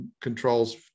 controls